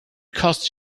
costs